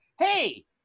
hey